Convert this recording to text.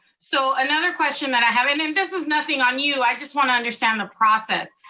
so another question that i have, and this is nothing on you, i just wanna understand the process.